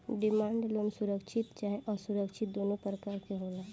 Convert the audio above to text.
demand loan सुरक्षित चाहे असुरक्षित दुनो प्रकार के होला